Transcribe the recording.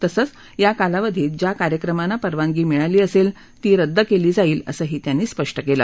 तसंच या कालावधीत ज्या कार्यक्रमांना परवानगी मिळाली असेल ती रद्द केली जाईल असंही त्यांनी स्पष्ट केलं